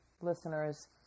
listeners